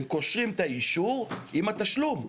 הם קושרים את האישור עם התשלום.